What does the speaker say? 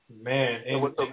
Man